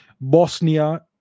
Bosnia